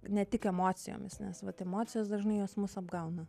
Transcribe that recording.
ne tik emocijomis nes vat emocijos dažnai jos mus apgauna